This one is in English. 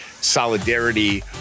solidarity